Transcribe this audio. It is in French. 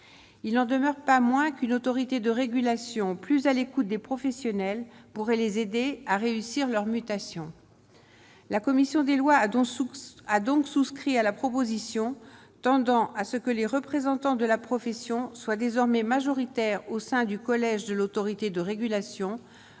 il n'en demeure pas moins qu'une autorité de régulation plus à l'écoute des professionnels pour les aider à réussir leur mutation. La commission des lois, donc source a donc souscrit à la proposition tendant à ce que les représentants de la profession soit désormais majoritaire au sein du collège de l'Autorité de régulation